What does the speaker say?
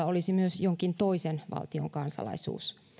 olisi myös jonkin toisen valtion kansalaisuus